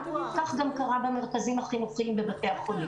כך גם קרה במרכזים החינוכיים בבתי החולים.